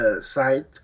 site